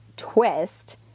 twist